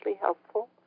helpful